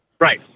Right